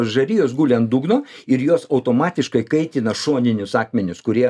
žarijos guli ant dugno ir jos automatiškai kaitina šoninius akmenis kurie